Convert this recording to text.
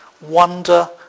wonder